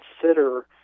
consider